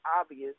obvious